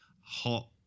hot